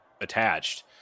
attached